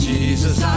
Jesus